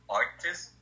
artist